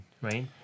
right